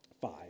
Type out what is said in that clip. Five